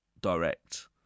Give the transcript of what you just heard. direct